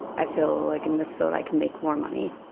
i feel like in this field i can make more money,